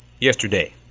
yesterday